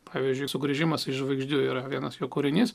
pavyzdžiui sugrįžimas į žvaigždžių yra vienas jų kūrinys